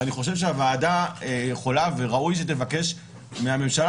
ואני חושב שהוועדה יכולה וראוי שתבקש מהממשלה